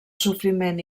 sofriment